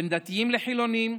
בין דתיים לחילונים,